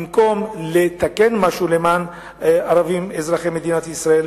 במקום לתקן משהו למען ערבים אזרחי מדינת ישראל,